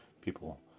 people